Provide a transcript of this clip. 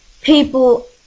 people